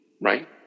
right